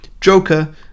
Joker